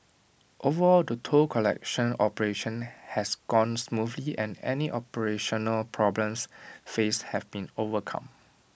overall the toll collection operation has gone smoothly and any operational problems faced have been overcome